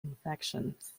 infections